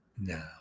now